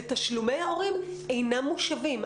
ותשלומי ההורים אינם מושבים.